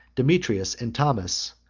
demetrius and thomas,